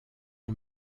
ont